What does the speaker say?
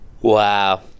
wow